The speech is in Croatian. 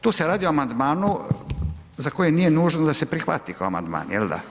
Tu se radi o amandmanu za koji nije nužno da se prihvati kao amandman, jel da.